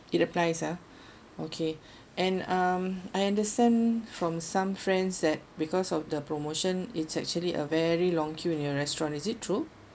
it applies ah okay and um I understand from some friends that because of the promotion it's actually a very long queue in your restaurant is it true